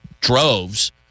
droves